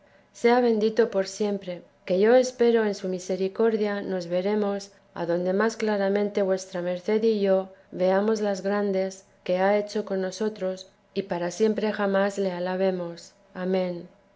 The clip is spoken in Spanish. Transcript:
sea bendito por siempre que yo espero en su misericordia nos veremos adonde más claramente vuesa merced y yo veamos las grandes que ha hecho con nosotros y para siempre jamás le alabemos amén